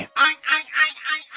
i